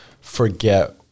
forget